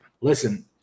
listen